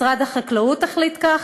משרד החקלאות החליט כך,